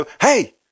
hey